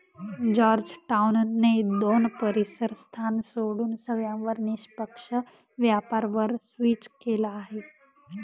Georgetown ने दोन परीसर स्थान सोडून सगळ्यांवर निष्पक्ष व्यापार वर स्विच केलं आहे